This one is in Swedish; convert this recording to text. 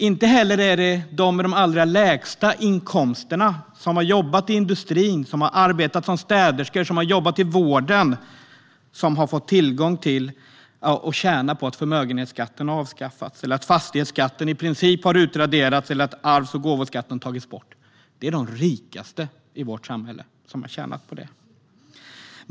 Inte heller är det de med de allra lägsta inkomsterna - som har jobbat i industrin, som städerskor och i vården - som har tjänat på att förmögenhetsskatten har avskaffats, att fastighetsskatten i princip har utraderats eller att arvs och gåvoskatten har tagits bort. Det är de rikaste i vårt samhälle som har tjänat på det.